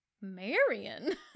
Marion